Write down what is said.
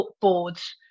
boards